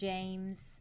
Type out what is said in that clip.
James